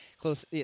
Close